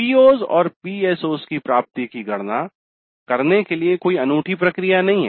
PO's और PSO's की प्राप्ति की गणना करने के लिए कोई अनूठी प्रक्रिया नहीं है